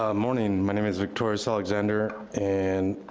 ah morning, my name is victorious alexander, and